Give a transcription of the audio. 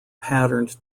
patterned